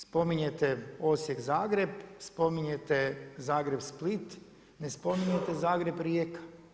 Spominjete Osijek-Zagreb, spominjete Zagreb-Split, ne spominjete Zagreb-Rijeka.